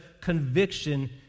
conviction